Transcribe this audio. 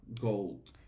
gold